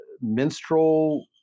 minstrel